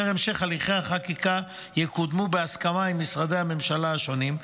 בהמשך הליכי החקיקה יקודמו בהסכמה עם משרדי הממשלה השונים.